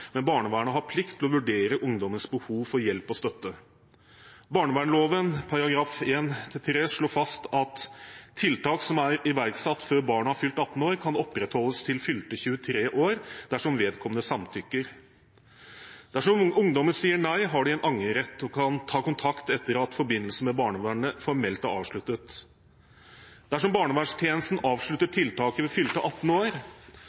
men barnevernet har plikt til å vurdere ungdommens behov for hjelp og støtte. Barnevernsloven § 1-3 slår fast at tiltak som er iverksatt før barnet har fylt 18 år, kan opprettholdes til fylte 23 år dersom vedkommende samtykker. Dersom ungdommene sier nei, har de en angrerett og kan ta kontakt etter at forbindelsen med barnevernet formelt er avsluttet. Dersom barnevernstjenesten avslutter tiltaket ved fylte 18 år,